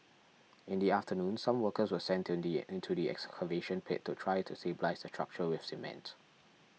in the afternoon some workers were sent into the excavation pit to try to stabilise the structure with cement